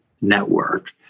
network